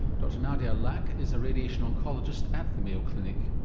dr nadia laack is a radiation oncologist at the mayo clinic.